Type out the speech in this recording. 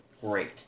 Great